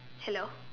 hello